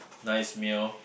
nice meal